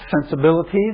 sensibilities